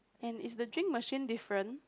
and is the drink machine different